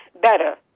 better